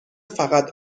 فقط